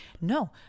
No